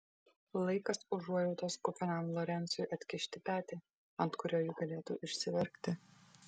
laikas užuojautos kupinam lorencui atkišti petį ant kurio ji galėtų išsiverkti